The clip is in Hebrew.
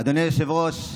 היושב-ראש,